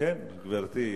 --- כן, גברתי.